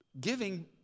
giving